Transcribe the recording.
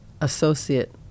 associate